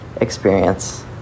experience